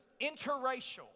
interracial